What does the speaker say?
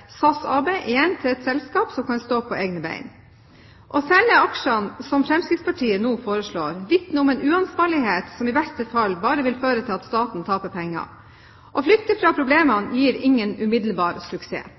for igjen å gjøre SAS AB til et selskap som kan stå på egne ben. Å selge aksjene, som Fremskrittspartiet nå foreslår, vitner om en uansvarlighet som i beste fall bare vil føre til at staten taper penger. Å flykte fra problemene gir ingen umiddelbar suksess.